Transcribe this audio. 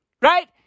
right